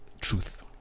truth